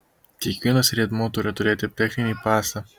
kiekvienas riedmuo turi turėti techninį pasą